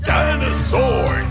Dinosaur